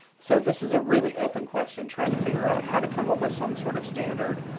so this is a really open question trying to figure out how to come up with some sort of standard.